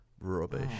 Rubbish